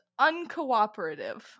uncooperative